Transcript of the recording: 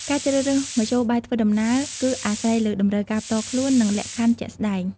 ការជ្រើសរើសមធ្យោបាយធ្វើដំណើរគឺអាស្រ័យលើតម្រូវការផ្ទាល់ខ្លួន និងលក្ខខណ្ឌជាក់ស្តែង។